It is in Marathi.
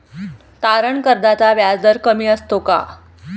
तारण कर्जाचा व्याजदर कमी असतो का?